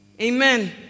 Amen